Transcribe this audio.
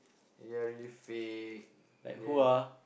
they are really fake and then